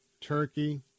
Turkey